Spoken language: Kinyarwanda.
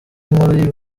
nkuru